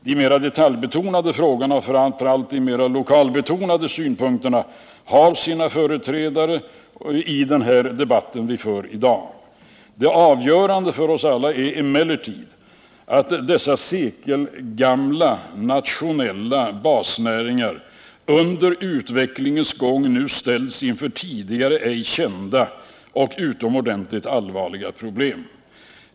De mera detaljbetonade frågorna och framför allt de mera lokalbetonade synpunkterna har sina företrädare i dagens debatt. Det avgörande för oss alla är emellertid att dessa sekelgamla nationella basnäringar under utvecklingens gång nu ställts inför tidigare ej kända och utomordentligt allvarliga problem.